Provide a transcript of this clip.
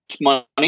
money